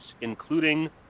including